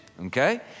okay